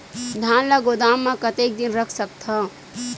धान ल गोदाम म कतेक दिन रख सकथव?